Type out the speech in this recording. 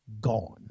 gone